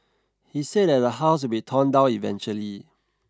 he said that the house will be torn down eventually